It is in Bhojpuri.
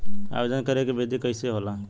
आवेदन करे के विधि कइसे होला?